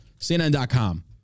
cnn.com